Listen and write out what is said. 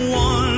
one